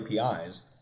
APIs